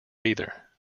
either